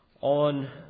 on